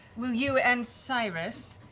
will you and cyrus